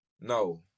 No